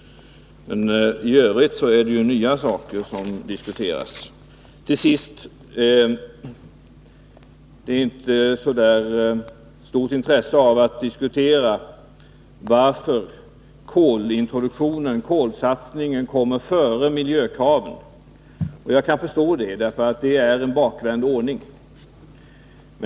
Men i övrigt är det ju nya saker som diskuteras. Det finns inte något större intresse att diskutera varför kolsatsningen kommer före miljökraven. Jag kan förstå det, eftersom det är en bakvänd ordning.